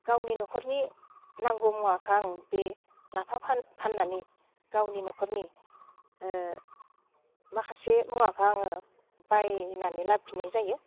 गावनि न'खरनि नांगौ मुवाखो आं बे लाफा फाननानै गावनि न'खरनि माखासे मुवाखो आङो बायनानै लाबोफिननाय जायो